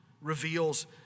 reveals